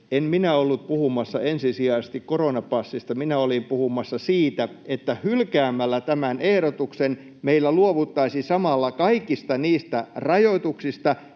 En minä ollut puhumassa ensisijaisesti koronapassista, minä olin puhumassa siitä, että hylkäämällä tämä ehdotus meillä luovuttaisiin samalla kaikista niistä rajoituksista,